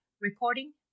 Recording